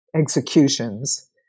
executions